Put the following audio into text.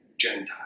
Gentile